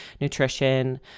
nutrition